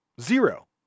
Zero